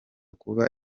kuba